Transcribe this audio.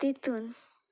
तितून